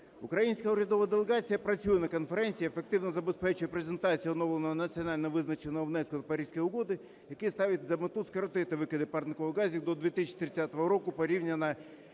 Українська урядова делегація працює на конференції, ефективно забезпечує презентацію Оновленого Національно визначеного внеску до Паризької угоди, який ставить за мету скоротити викиди парникових газів до 2030 року до рівня